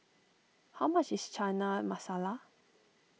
how much is Chana Masala